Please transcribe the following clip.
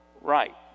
Right